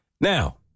Now